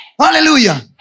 Hallelujah